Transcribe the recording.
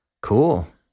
cool